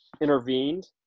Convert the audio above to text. intervened